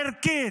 הערכית,